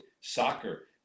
soccer